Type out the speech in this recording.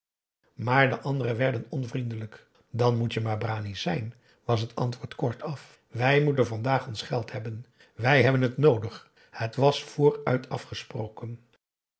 maar de anderen werden onvriendelijk dan moet je maar brani zijn was het antwoord kortaf wij moeten vandaag ons geld hebben wij hebben het noodig en het was vooruit afgesproken